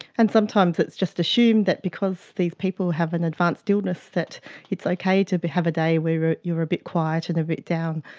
and sometimes it's just assumed that because these people have an advanced illness, that it's okay to have a day where you are a bit quiet and a bit down,